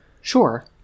Sure